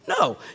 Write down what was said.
No